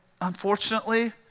unfortunately